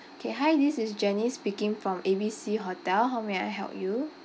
K hi this is jenny speaking from A B C hotel how may I help you